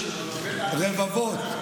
יש רבבות,